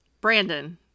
Brandon